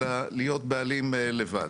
אלא להיות בעלים לבד.